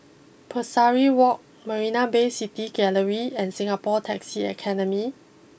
Pesari walk Marina Bay City Gallery and Singapore taxi Academy